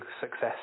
success